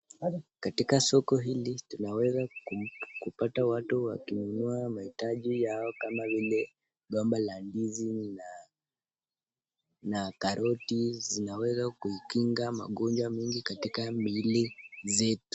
Katika soko hili tunaweza kupata watu wakinunua mahitaji yao kama vile: gomba la ndizi na karoti zinaweza kuikinga magonjwa mengi katika miili zetu.